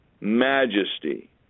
majesty